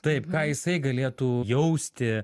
taip ką jisai galėtų jausti